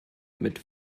mit